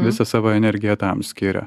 visą savo energiją tam skiria